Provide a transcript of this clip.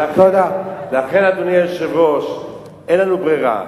לכן, אדוני היושב-ראש, אין לנו ברירה.